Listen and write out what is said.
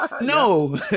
No